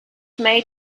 made